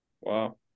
Wow